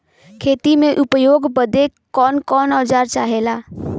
खेती में उपयोग बदे कौन कौन औजार चाहेला?